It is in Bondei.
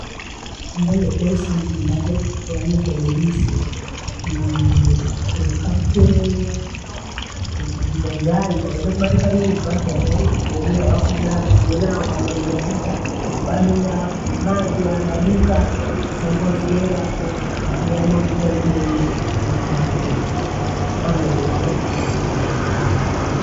Hande nyepesi ambazo nazifurahia koyembisie nii kumbika mcheye. Kukibuga ugali ukabandisha kubandika nyungu, basi wadoa unga wakologea wavuga mchinaa. Ukamelelo mafuta wadoa mathi wabadika sambua msichei, wako wagea mafuta na munyu umbika wali wako. Wamuju hizi ni khande sana nifurahiazo.